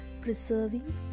preserving